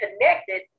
connected